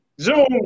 Zoom